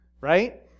right